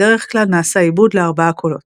בדרך-כלל נעשה עיבוד לארבעה קולות.